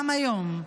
גם היום,